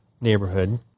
neighborhood